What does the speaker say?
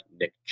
Nick